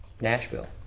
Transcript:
Nashville